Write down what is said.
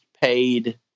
paid